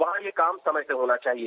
वहां ये काम समय से होना चाहिए